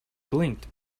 blinked